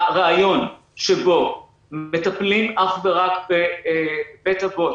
הרעיון שבו מטפלים אך ורק בבית אבות